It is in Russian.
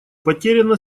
потеряно